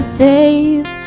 faith